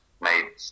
made